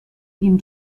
ihn